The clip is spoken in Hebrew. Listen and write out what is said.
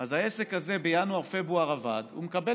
אז העסק הזה בינואר-פברואר עבד ומקבל